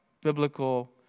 biblical